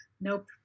nope